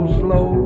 slow